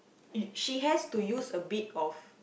it she has to use a bit of